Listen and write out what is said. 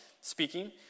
speaking